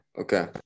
Okay